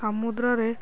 ସମୁଦ୍ରରେ